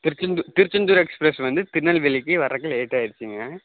திருச்செந்தூ Tiruchendur express வந்து திருநெல்வேலிக்கு வரதுக்கு லேட் ஆகிடுச்சிங்க